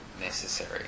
necessary